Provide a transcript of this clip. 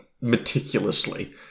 meticulously